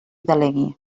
delegui